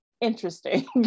interesting